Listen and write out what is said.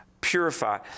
purify